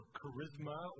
charisma